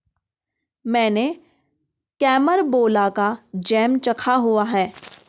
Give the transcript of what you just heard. मैंने कैरमबोला का जैम चखा हुआ है